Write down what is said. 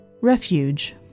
Refuge